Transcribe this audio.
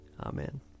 Amen